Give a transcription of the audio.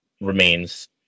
remains